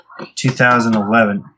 2011